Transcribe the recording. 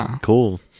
cool